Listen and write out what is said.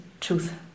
truth